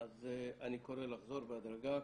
אז אני קורא לחזור בהדרגה.